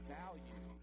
value